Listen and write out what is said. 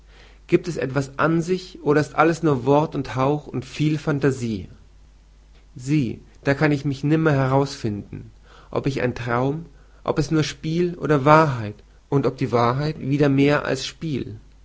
giebt es etwas an sich oder ist alles nur wort und hauch und viel phantasie sieh da kann ich mich nimmer herausfinden ob ich ein traum ob es nur spiel oder wahrheit und ob die wahrheit wieder mehr als spiel